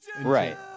Right